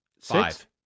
five